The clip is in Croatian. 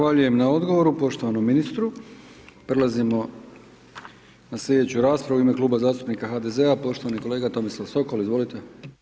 Zahvaljujem na odgovoru poštovanom ministru, prelazimo na slijedeću raspravu u ime Kluba zastupnika HDZ, poštovani kolega Tomislav Sokol, izvolite.